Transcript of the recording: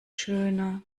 schöner